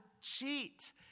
cheat